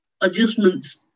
adjustments